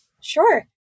Sure